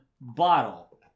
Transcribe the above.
bottle